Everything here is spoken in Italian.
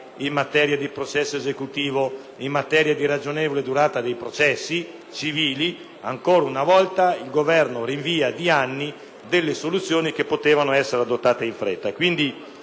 commerciale, di processo esecutivo e di ragionevole durata dei processi civili, il Governo rinvia di anni delle soluzioni che potevano essere adottate in fretta.